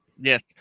yes